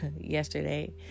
yesterday